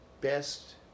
best